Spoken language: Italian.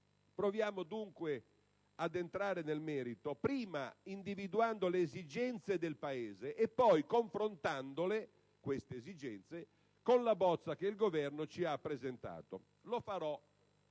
Proviamo dunque ad entrare nel merito, prima individuando le esigenze del Paese e poi confrontandole con la bozza che il Governo ci ha presentato. Lo farò